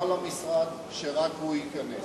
נאמר למשרד שרק הוא ייכנס.